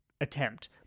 attempt